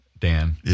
Dan